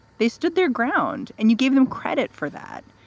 they stood their ground and you gave them credit for that.